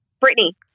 Brittany